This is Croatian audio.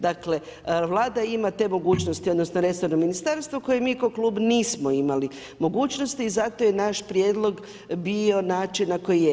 Dakle Vlada ima te mogućnosti, odnosno resorno ministarstvo koje mi kao klub nismo imali mogućnosti i zato je naš prijedlog bio način na koji je.